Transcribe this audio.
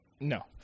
No